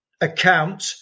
account